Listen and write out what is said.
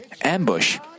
ambush